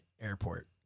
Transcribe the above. Airport